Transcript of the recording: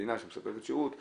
שנתת לי את הזכות לדבר.